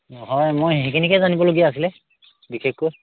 হয় মই সেইখিনিকে জানিবলগীয়া আছিলে বিশেষকৈ